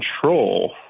control